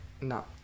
No